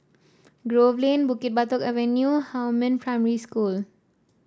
Grove Lane Bukit Batok Avenue Huamin Primary School